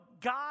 God